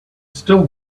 still